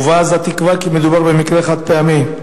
הובעה התקווה כי מדובר במקרה חד-פעמי.